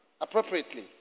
appropriately